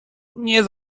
nie